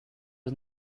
was